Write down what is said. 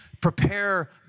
prepare